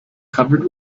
covered